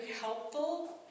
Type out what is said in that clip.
helpful